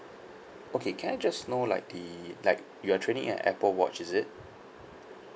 okay can I just know like the like you are trading in an apple watch is it